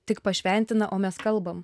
tik pašventina o mes kalbam